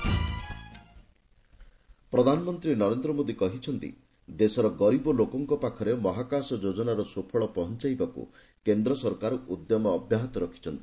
ପ୍ରଧାନମନ୍ତ୍ରୀ ମହାକାଶ ପ୍ରଧାନମନ୍ତ୍ରୀ ନରେନ୍ଦ୍ରମୋଦି କହିଛନ୍ତି ଦେଶର ଗରିବ ଲୋକ ପାଖରେ ମହାକାଶ ଯୋଜନାର ସୁଫଳ ପହଞ୍ଚାଇବାକୁ କେନ୍ଦ୍ର ସରକାର ଉଦ୍ୟମ ଅବ୍ୟାହତ ରଖିଛନ୍ତି